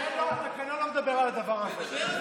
התקנון לא מדבר על הדבר הזה.